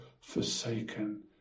forsaken